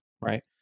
right